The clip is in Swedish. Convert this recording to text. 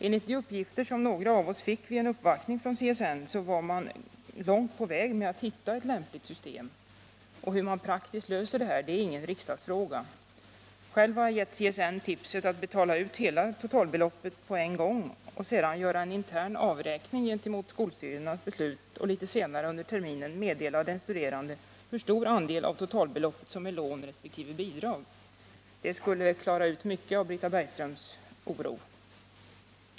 Enligt de uppgifter som några av oss fick vid en uppvaktning hos CSN var man långt på väg med att hitta ett lämpligt system. Hur man praktiskt löser det här är ingen riksdagsfråga. Själv har jag gett CSN tipset att betala ut hela totalbeloppet på en gång och sedan göra en intern avräkning gentemot skolstyrelsernas beslut och litet senare på terminen meddela den studerande hur stor del av totalbeloppet som är lån resp. bidrag. Det skulle undanröja många av anledningarna till Britta Bergströms oro.